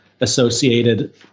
associated